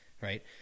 right